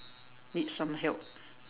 need some help